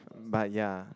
but ya